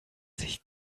sich